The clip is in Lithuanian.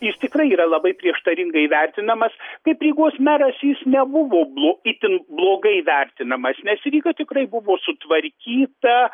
jis tikrai yra labai prieštaringai vertinamas kaip rygos meras jis nebuvo blo itin blogai vertinamas nes ryga tikrai buvo sutvarkyta